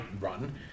run